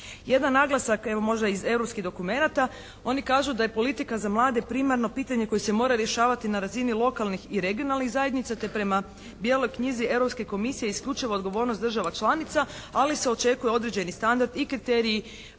Jedan naglasak, evo možda iz europskih dokumenata, oni kažu da je politika za mlade primarno pitanje koje se mora rješavati na razini lokalnih i regionalnih zajednica te prema Bijeloj knjizi Europske komisije isključiva odgovornost država članica ali se očekuje određeni standard i kriteriji